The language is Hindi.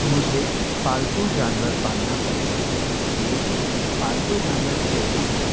मुझे पालतू जानवर पालना पसंद है लेकिन पालतू जानवर के रूप में